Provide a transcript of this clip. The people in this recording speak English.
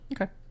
okay